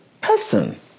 person